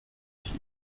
ich